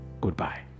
goodbye